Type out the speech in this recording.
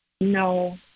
No